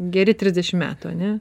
geri trisdešim metų ane